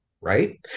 right